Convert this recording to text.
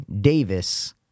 Davis